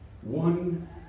one